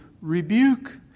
rebuke